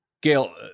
Gail